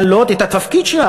גם היא רוצה למלא את התפקיד שלה.